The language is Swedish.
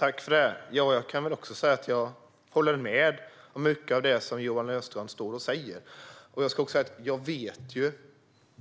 Herr talman! Jag håller med om mycket av det som Johan Löfstrand står och säger. Och jag känner till